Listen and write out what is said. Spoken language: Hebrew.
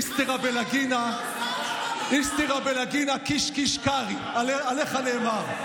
איסתרא בלגינא קיש קיש קרעי, עליך נאמר.